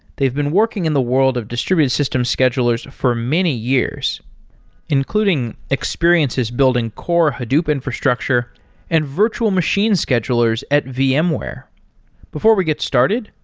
they've been working in the world of distributed system schedulers for many years including experiences building core hadoop infrastructure and virtual machine schedulers at vmware. before we get started,